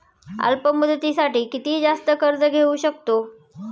अल्प मुदतीसाठी किती जास्त कर्ज घेऊ शकतो?